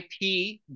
IP